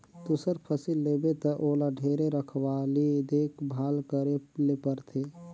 दूसर फसिल लेबे त ओला ढेरे रखवाली देख भाल करे ले परथे